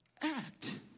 act